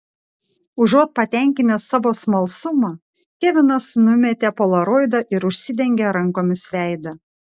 užuot patenkinęs savo smalsumą kevinas numetė polaroidą ir užsidengė rankomis veidą